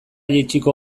jaitsiko